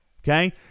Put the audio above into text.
okay